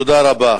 תודה רבה.